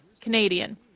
Canadian